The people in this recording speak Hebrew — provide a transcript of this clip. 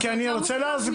כי אני רוצה להסביר.